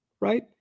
right